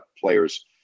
players